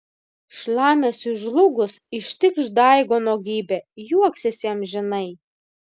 šlamesiui žlugus ištikš daigo nuogybė juoksiesi amžinai